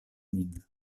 min